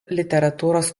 literatūros